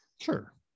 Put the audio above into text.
sure